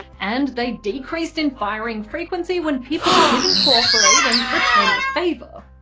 and they decreased in firing frequency when people didn't cooperate and return the favour.